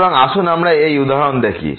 সুতরাং আসুন আমরা এই উদাহরণে দেখি